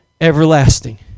everlasting